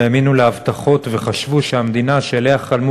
האמינו להבטחות וחשבו שהמדינה שאליה חלמו